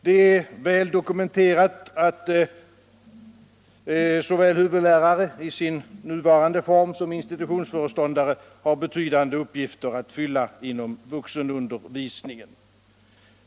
Det är väl dokumenterat att både huvudlärare — i sin nuvarande funktion — och institutionsföreståndare har betydande uppgifter att fylla inom vuxenundervisningen.